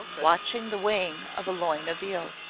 watching the weighing of a loin of veal.